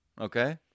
Okay